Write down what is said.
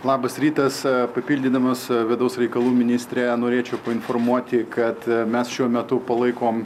labas rytas papildydamas vidaus reikalų ministrę norėčiau painformuoti kad mes šiuo metu palaikom